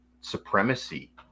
supremacy